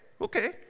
okay